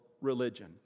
religion